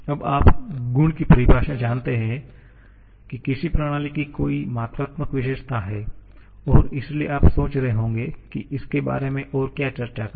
अब आप गुण की परिभाषा जानते हैं जो किसी प्रणाली की कोई मात्रात्मक विशेषता है और इसलिए आप सोच रहे होंगे कि इसके बारे में और क्या चर्चा करें